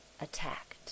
attacked